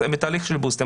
אז הם בתהליך של בוסטר.